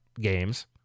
games